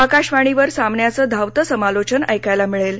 आकाशवाणीवर सामन्याचं धावतं सामालोचन ऐकायला मिळेल